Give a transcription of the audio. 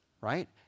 right